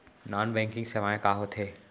non banking सेवाएं का होथे